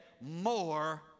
more